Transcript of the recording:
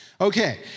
Okay